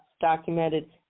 documented